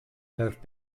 have